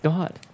God